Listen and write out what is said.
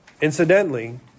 Incidentally